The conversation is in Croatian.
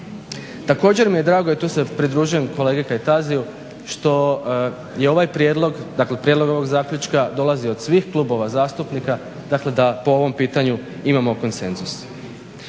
Također mi je drago i tu se pridružujem kolegi Kajtaziju što je ovaj prijedlog, dakle prijedlog ovog zaključka dolazi od svih klubova zastupnika, dakle da po ovom pitanju imamo konsenzus.